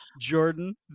Jordan